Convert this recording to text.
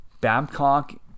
Babcock